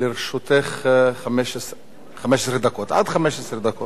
לרשותך עד 15 דקות.